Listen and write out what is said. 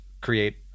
create